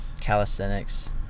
calisthenics